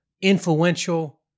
influential